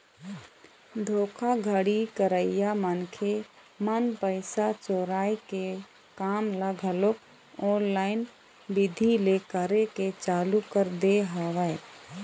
धोखाघड़ी करइया मनखे मन पइसा चोराय के काम ल घलोक ऑनलाईन बिधि ले करे के चालू कर दे हवय